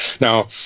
Now